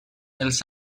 els